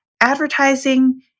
advertising